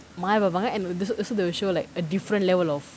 ஒரு மாரி பாப்பாங்க:oru maari paappaanga a~ so so they will show like a different level of